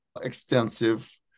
extensive